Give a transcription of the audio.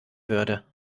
würde